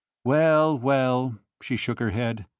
well, well! she shook her head.